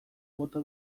bota